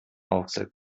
rauxel